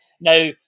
Now